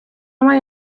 маю